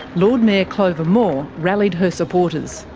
lord mayor clover moore rallied her supporters.